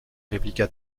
répliqua